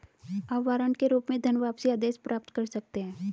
आप वारंट के रूप में धनवापसी आदेश प्राप्त कर सकते हैं